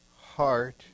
Heart